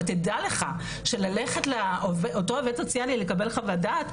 ותדע לך שללכת לאותו עובד סוציאלי לקבל חוות דעת,